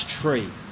tree